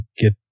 get